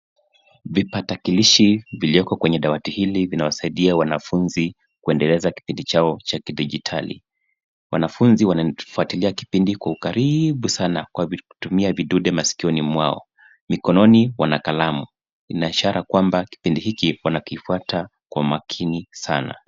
Vipatakilishi viliwekwa kwenye dawati hili vinawasaidia wanafunzi kuendeleza kipindi chao cha kidigitali. Wanafunzi wanafuatilia kipindi kwa ukaribu sana kwa kutumia vidude masikioni mwao. Mikononi wana kalamu. Ina ishara kwamba kipindi hiki wanakifuata kwa umakini sana.